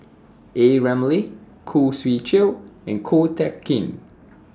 A Ramli Khoo Swee Chiow and Ko Teck Kin